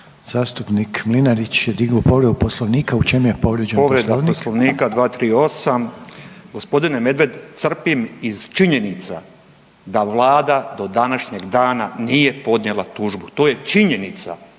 zastupnica Nađ je digla povredu Poslovnika. U čemu je povrijeđen Poslovnik?